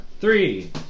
Three